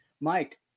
Mike